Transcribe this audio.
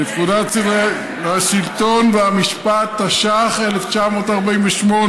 לפקודת סדרי השלטון והמשפט, התש"ח 1948,